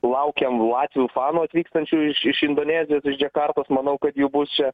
laukiam latvių fanų atvykstančių iš iš indonezijos iš džakartos manau kad jų bus čia